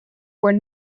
were